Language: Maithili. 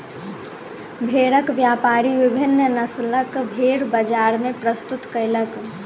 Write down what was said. भेड़क व्यापारी विभिन्न नस्लक भेड़ बजार मे प्रस्तुत कयलक